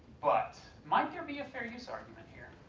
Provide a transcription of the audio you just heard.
but, might there be a fair use argument here?